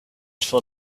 for